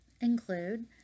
include